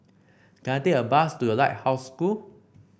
can I take a bus to The Lighthouse School